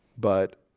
but